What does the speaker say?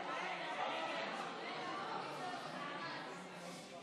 (תיקון מס' 10 והוראת שעה לשנת 2020)